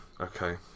Okay